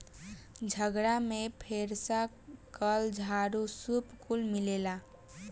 झगड़ा में फेरसा, कल, झाड़ू, सूप कुल मिलेला